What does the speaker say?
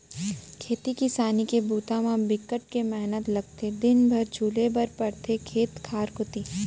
खेती किसान के बूता म बिकट के मेहनत लगथे दिन भर झुले बर परथे खेत खार कोती